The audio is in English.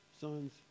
sons